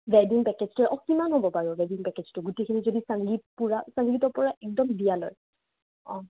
ৱেডিং পেকেজটো অঁ কিমান হ'ব বাৰু ৱেডিং পেকেজটো গোটেইখিনি যদি সংগীত পূৰা সংগীতৰ পৰা একদম বিয়ালৈ অঁ